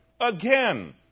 Again